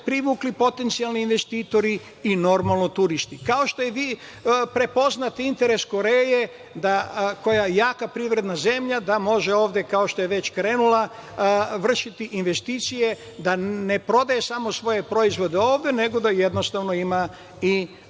privukli potencijalni investitori i normalno turisti. Kao što je bitno prepoznat interes Koreje koja je jaka privredna zemlja, da može ovde kao što je krenula, vršiti investicije, da ne prodaje samo svoje proizvode ovde, nego da ima i svoje